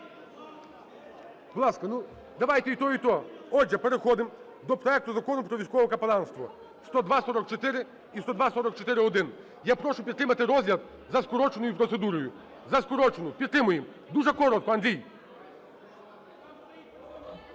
ласка, давайте і то, і то. Отже, переходимо до проекту Закону про військове капеланство (10244 і 10244-1). Я прошу підтримати розгляд за скороченою процедурою, за скорочену. Підтримуємо. Дуже коротко, Андрій.